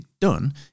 done